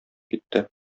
китте